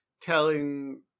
telling